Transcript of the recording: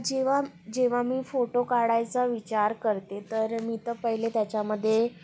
जेव्हाम जेव्हा मी फोटो काढायचा विचार करते तर मी तर पहिले त्याच्यामध्ये